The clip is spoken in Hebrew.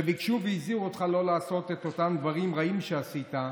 שביקשו והזהירו אותך לא לעשות את אותם דברים רעים שעשית,